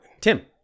Tim